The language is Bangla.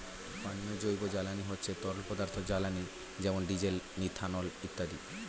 পানীয় জৈব জ্বালানি হচ্ছে তরল পদার্থ জ্বালানি যেমন ডিজেল, ইথানল ইত্যাদি